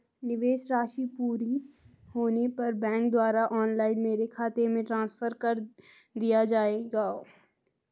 निवेश राशि पूरी होने पर बैंक द्वारा ऑनलाइन मेरे खाते में ट्रांसफर कर दिया जाएगा?